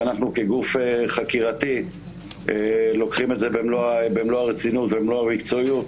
ואנחנו כגוף חקירתי לוקחים את זה במלוא הרצינות ובמלוא המקצועיות,